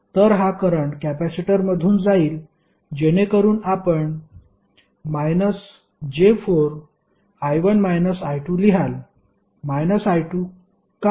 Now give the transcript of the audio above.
तर हा करंट कॅपेसिटरमधून जाईल जेणेकरून आपण −j4 लिहाल I2 का